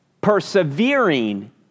Persevering